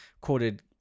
quoted